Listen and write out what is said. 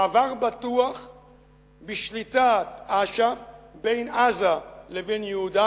מעבר בטוח בשליטת אש"ף בין עזה לבין יהודה,